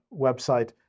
website